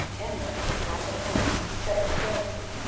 emer, his wife at home, was beset with jealousy,